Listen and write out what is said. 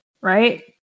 right